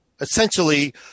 Essentially